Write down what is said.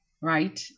right